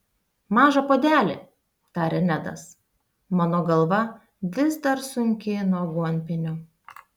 mažą puodelį tarė nedas mano galva vis dar sunki nuo aguonpienio